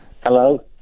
hello